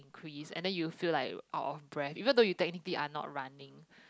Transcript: crease and then you feel like out of breath even though you technically are not running